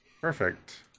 Perfect